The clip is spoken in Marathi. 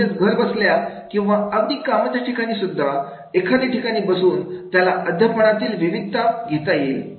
म्हणजेच घर बसल्या बसल्या किंवा अगदी कामाचे ठिकाण सुद्धा एखाद्या ठिकाणी बसून त्याला अध्यापनातील विविधता घेता येतील